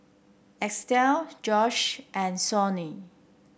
Estell Josh and Sonny